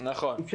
נכון.